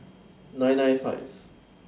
nine nine five